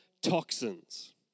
toxins